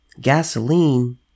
Gasoline